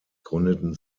gründeten